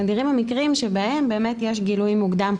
נדירים המקרים שבהם יש באמת גילוי מוקדם,